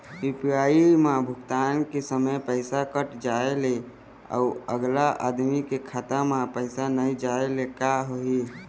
UPI म भुगतान के समय पैसा कट जाय ले, अउ अगला आदमी के खाता म पैसा नई जाय ले का होही?